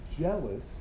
jealous